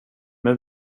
men